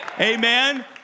amen